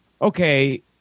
okay